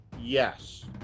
Yes